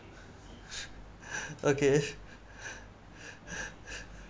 okay